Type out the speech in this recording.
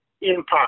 impact